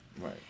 Right